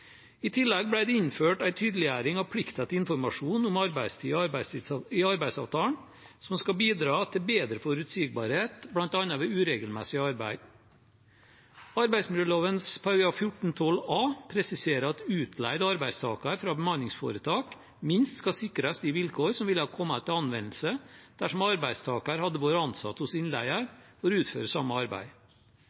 I tillegg ble det innført en tydeliggjøring av plikten til informasjon om arbeidstid i arbeidsavtalen, som skal bidra til bedre forutsigbarhet bl.a. ved uregelmessig arbeid. Arbeidsmiljøloven § 14-12 a presiserer at utleid arbeidstaker fra bemanningsforetak minst skal «sikres de vilkår som ville kommet til anvendelse dersom arbeidstaker hadde vært ansatt hos innleier for å utføre samme arbeid».